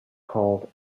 called